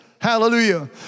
Hallelujah